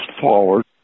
forward